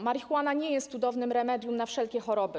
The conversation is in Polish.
Marihuana nie jest cudownym remedium na wszelkie choroby.